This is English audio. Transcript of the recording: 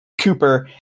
Cooper